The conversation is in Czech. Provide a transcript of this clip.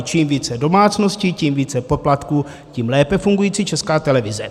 Čím více domácností, tím více poplatků, tím lépe fungující Česká televize.